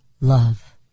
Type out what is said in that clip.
love